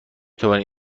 توانید